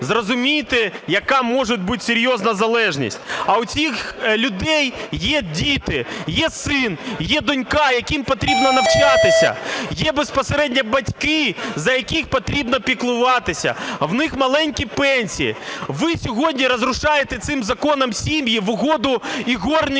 Зрозумійте, яка може бути серйозна залежність. А у цих людей є діти, є син, є донька, яким потрібно навчатися. Є безпосередньо батьки за яких потрібно піклуватися, а в них маленькі пенсії. Ви сьогодні розрушаєте цим законом сім'ї в угоду ігорній